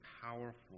powerful